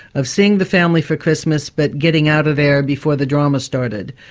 of seeing the family for christmas but getting out of there before the drama started.